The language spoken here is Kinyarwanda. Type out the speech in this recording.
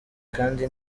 kandi